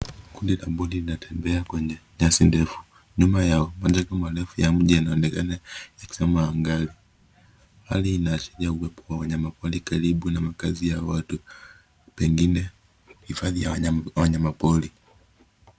Kundi la buni latembea kwenye nyasi ndefu. Nyuma yao majengo marefu ya mji yanaonekana yakizama angani. Hali inaasharia uwepo wa wanyama pori karibu na makazi ya watu, pengine hifadhi ya wanyama pori.